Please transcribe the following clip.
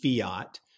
fiat